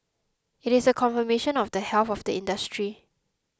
it is a confirmation of the health of the industry